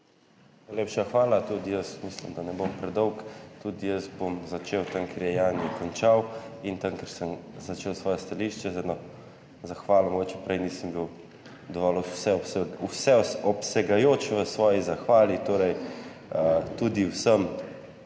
Najlepša hvala. Tudi jaz mislim, da ne bom predolg. Tudi jaz bom začel tam, kjer je Jani končal, in tam, kjer sem začel svoje stališče –z eno zahvalo. Mogoče prej nisem bil dovolj vseobsegajoč v svoji zahvali, torej tudi vsem,